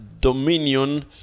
dominion